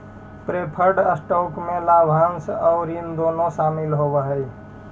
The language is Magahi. प्रेफर्ड स्टॉक में लाभांश आउ ऋण दोनों ही शामिल होवऽ हई